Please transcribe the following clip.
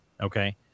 Okay